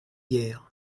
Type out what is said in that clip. hier